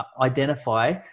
identify